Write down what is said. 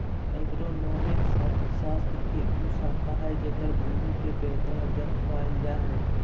agronomics अर्थशास्त्र के उ शाखा हइ जेकर भूमि के बेहतर अध्यन कायल जा हइ